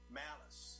malice